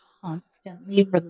constantly